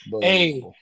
hey